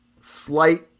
slight –